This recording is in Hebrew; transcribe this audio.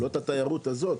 לא את התיירות הזאת,